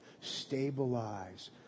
stabilize